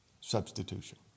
Substitution